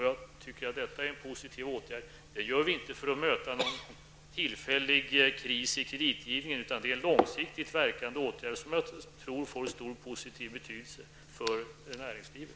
Jag tycker att detta är en positiv åtgärd, som inte vidtas för att möta en tillfällig kris i kreditgivningen, utan det är en långsiktigt verkande åtgärd som jag tror kommer att få positiv betydelse för näringslivet.